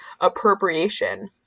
appropriation